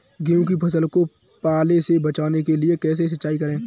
गेहूँ की फसल को पाले से बचाने के लिए कैसे सिंचाई करें?